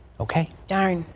okay die,